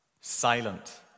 Silent